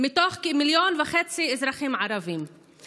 מתוך כ-1.5 מיליון אזרחים ערבים,